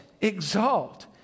exalt